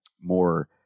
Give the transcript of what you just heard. more